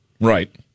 Right